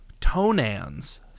Tonans